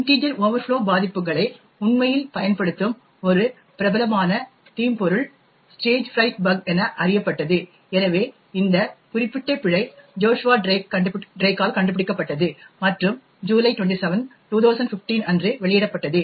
integer overflow பாதிப்புகளை உண்மையில் பயன்படுத்தும் ஒரு பிரபலமான தீம்பொருள் ஸ்டேஜ்ஃப்ரைட் பிழை என அறியப்பட்டது எனவே இந்த குறிப்பிட்ட பிழை ஜோசுவா டிரேக்கால் கண்டுபிடிக்கப்பட்டது மற்றும் ஜூலை 27 2015 அன்று வெளியிடப்பட்டது